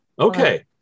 Okay